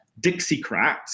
Dixiecrats